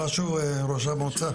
ראש המועצה,